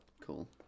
Cool